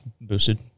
boosted